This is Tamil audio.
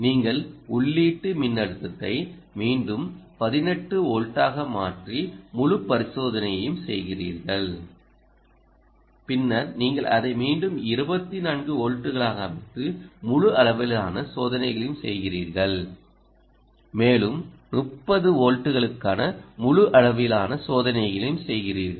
நீங்கள் உள்ளீட்டு மின்னழுத்தத்தை மீண்டும் 18 வோல்ட்டாக மாற்றி முழு பரிசோதனையையும் செய்கிறீர்கள் பின்னர் நீங்கள் அதை மீண்டும் 24 வோல்ட்டுகளாக அமைத்து முழு அளவிலான சோதனைகளையும் செய்கிறீர்கள் மேலும் 30 வோல்ட்டுகளுக்கான முழு அளவிலான சோதனைகளையும் செய்கிறீர்கள்